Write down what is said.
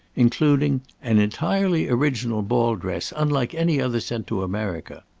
including an entirely original ball-dress unlike any other sent to america.